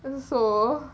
and so